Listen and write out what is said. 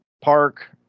park